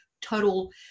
total